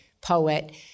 poet